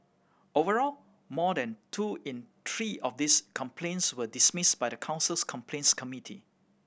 overall more than two in three of these complaints were dismissed by the council's complaints committee